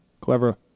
Clever